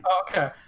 Okay